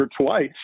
twice